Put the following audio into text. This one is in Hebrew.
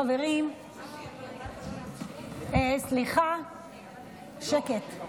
חברים, סליחה, שקט.